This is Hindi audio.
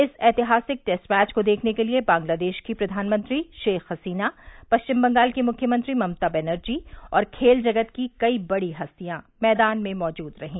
इस ऐतिहासिक टेस्ट मैच को देखने के लिए बांग्लादेश की प्रधानमंत्री शेख हसीना पश्चिम बंगाल की मुख्यमंत्री ममता बनर्जी और खेल जगत की कई बड़ी हस्तियां मैदान में मौजूद रहीं